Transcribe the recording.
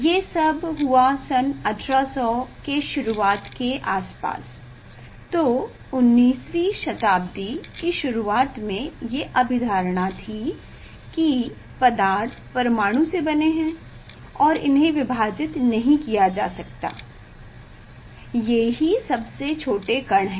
ये सब हुआ सन 1800 के शुरुआत के आस पास तो 19वीं शताब्दी कि शुरुआत में ये अभिधारणा थी कि पदार्थ परमाणु से बने हैं और इन्हें विभाजित नहीं किया जा सकता ये ही सब से छोटे कण हैं